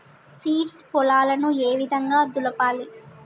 Seeds పొలాలను ఏ విధంగా దులపాలి?